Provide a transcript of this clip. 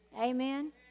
Amen